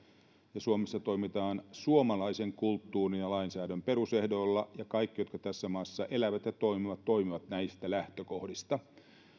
ja suomessa toimitaan suomalaisen kulttuurin ja lainsäädännön perusehdoilla ja kaikki jotka tässä maassa elävät ja toimivat toimivat näistä lähtökohdista